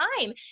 time